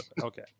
Okay